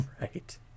Right